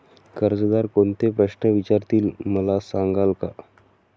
कर्जदार कोणते प्रश्न विचारतील, मला सांगाल का?